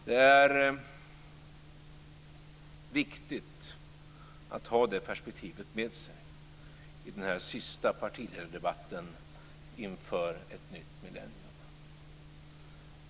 Det är viktigt att ha det perspektivet med sig i den sista partiledardebatten inför ett nytt millennium.